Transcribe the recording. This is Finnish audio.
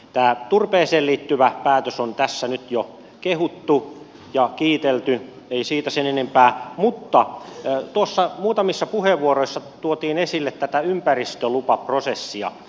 tämä turpeeseen liittyvä päätös on tässä nyt jo kehuttu ja kiitelty ei siitä sen enempää mutta tuossa muutamissa puheenvuoroissa tuotiin esille tätä ympäristölupaprosessia